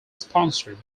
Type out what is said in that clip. sponsored